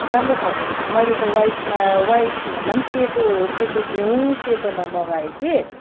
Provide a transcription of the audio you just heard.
राम्रो खालको रैछ मैले त व्हाइटमा व्हाइट भन्दा पनि सेतो सेतो घिउ सेतोमा मगाएँ कि